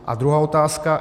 A druhá otázka.